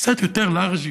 קצת יותר לארג'ים,